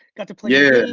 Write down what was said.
got to play and